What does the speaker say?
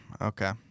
okay